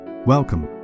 Welcome